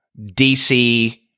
DC